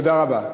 תודה רבה.